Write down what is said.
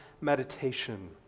meditation